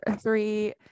three